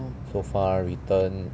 so far return